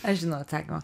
aš žinau atsakymą